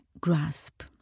grasp